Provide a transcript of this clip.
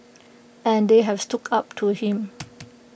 and they have stood up to him